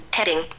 Heading